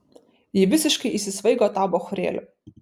ji visiškai įsisvaigo tą bachūrėlį